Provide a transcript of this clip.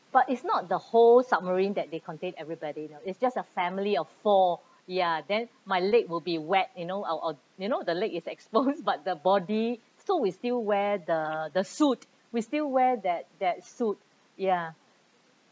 but it's not the whole submarine that they contain everybody you know it's just a family of four ya then my leg will be wet you know I'll I'll you know the leg is exposed but the body so we still wear the the suit we still wear that that suit ya